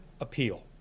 appeal